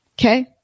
Okay